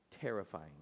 terrifying